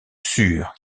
sûr